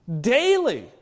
Daily